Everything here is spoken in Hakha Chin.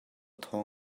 thaw